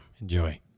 Enjoy